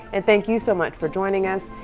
and thank you so much for joining us.